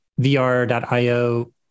vr.io